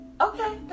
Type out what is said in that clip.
Okay